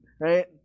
right